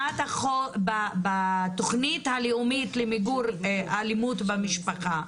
בתוכנית הלאומית למיגור האלימות במשפחה,